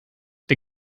der